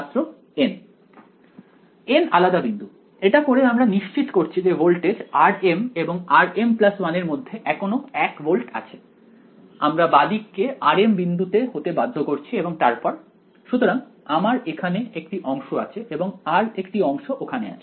ছাত্র N N আলাদা বিন্দু এটা করে আমরা নিশ্চিত করছি যে ভোল্টেজ rm এবং rm1 এর মধ্যে এখনো 1 ভোল্ট আছে আমরা বাঁদিককে rm বিন্দুতে হতে বাধ্য করছি এবং তারপর সুতরাং আমার এখানে একটি অংশ আছে এবং আর একটি অংশ ওখানে আছে